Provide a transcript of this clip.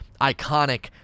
iconic